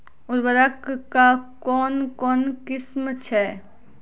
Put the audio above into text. उर्वरक कऽ कून कून किस्म छै?